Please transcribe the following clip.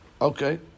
Okay